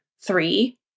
three